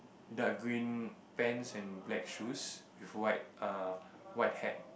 dark green pants and black shoes with white err white hat